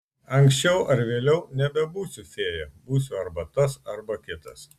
anksčiau ar vėliau nebebūsiu fėja būsiu arba tas arba kitas